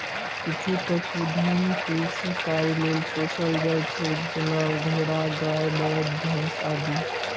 किछु पशुधन कृषि कार्य लेल पोसल जाइ छै, जेना घोड़ा, गाय, बरद, भैंस आदि